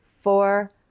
four